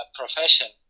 profession